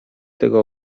tego